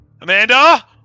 Amanda